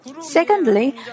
Secondly